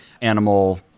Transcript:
animal